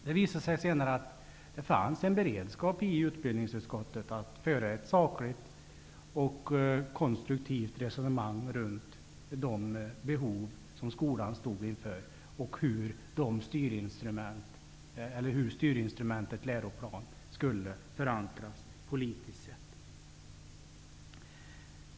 Det visade sig senare att det fanns en beredskap i utbildningsutskottet att föra ett sakligt och konstruktivt resonemang runt de behov som skolan står inför och hur styrinstrumentet läroplan skulle förankras politiskt.